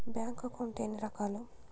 bank account ఎన్ని రకాలు